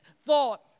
thought